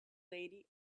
lady